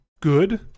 good